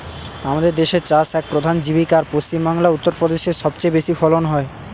আমাদের দেশের চাষ এক প্রধান জীবিকা, আর পশ্চিমবাংলা, উত্তর প্রদেশে সব চেয়ে বেশি ফলন হয়